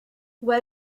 what